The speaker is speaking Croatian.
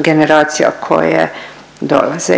generacija koje dolaze.